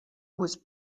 was